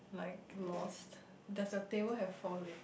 like lost does the table have four legs